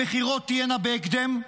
הבחירות תהיינה בהקדם.